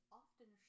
often